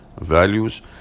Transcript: values